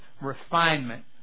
refinement